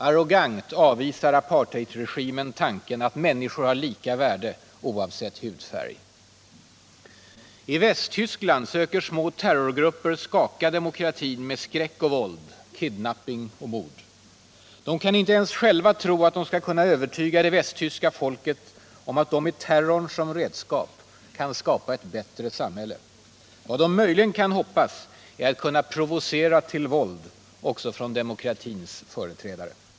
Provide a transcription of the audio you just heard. Arrogant avvisar apartheidregimen tanken att människor har lika värde, oavsett hudfärg. I Västtyskland söker små terrorgrupper skaka demokratin med skräck och våld, kidnapping och mord. De kan inte ens själva tro att de skall kunna övertyga det västtyska folket om att de med terrorn som redskap kan skapa ett bättre samhälle. Vad de möjligen hoppas är att kunna provocera till våld också från demokratins företrädare.